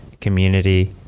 community